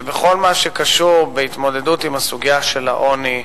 שבכל מה שקשור בהתמודדות עם הסוגיה של העוני,